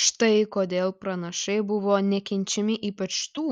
štai kodėl pranašai buvo nekenčiami ypač tų